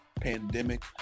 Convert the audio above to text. pandemic